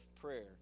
prayer